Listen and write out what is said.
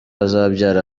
azabyara